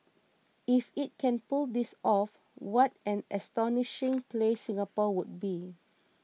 if it can pull this off what an astonishing place Singapore would be